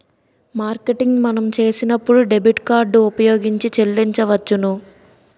marketing మనం చేసినప్పుడు debit card ఉపయోగించి చెల్లించవచ్చును